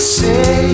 say